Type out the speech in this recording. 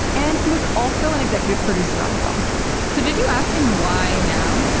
and he was also an executive producer on the film so did you ask him why now?